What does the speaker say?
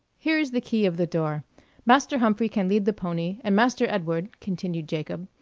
here is the key of the door master humphrey can lead the pony and master edward, continued jacob,